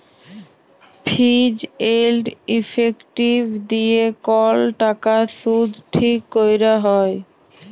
ফিজ এল্ড ইফেক্টিভ দিঁয়ে কল টাকার সুদ ঠিক ক্যরা হ্যয়